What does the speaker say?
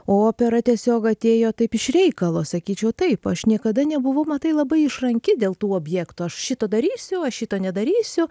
o opera tiesiog atėjo taip iš reikalo sakyčiau taip aš niekada nebuvau matai labai išranki dėl tų objektų aš šito darysiu aš šito nedarysiu